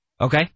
Okay